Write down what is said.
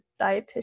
dietitian